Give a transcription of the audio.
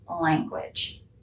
language